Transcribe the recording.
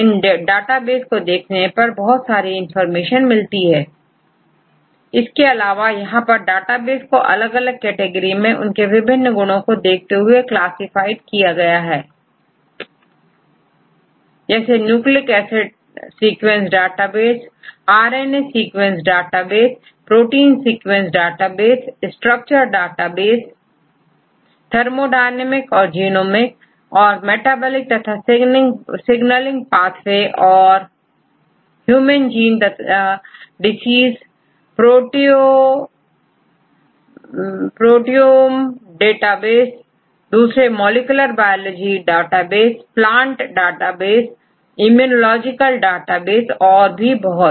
यह nucleic acid sequence database और structure database R N A database और प्रोटीन सीक्वेंस डेटाबेस थर्मोडायनामिक और genomic और मेटाबॉलिक तथा सिगनलिंग पाथवे औरह्यूमन जीन और डिसीज प्रोटियोमडेटाबेस और दूसरे molecular biology database plant database immunological database और भी बहुत